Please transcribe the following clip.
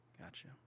Gotcha